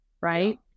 Right